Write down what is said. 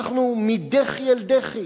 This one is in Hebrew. אנחנו מדחי אל דחי.